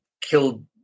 killed